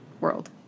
world